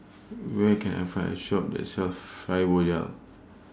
Where Can I Find A Shop that sells Fibogel